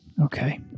Okay